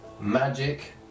magic